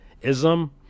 ism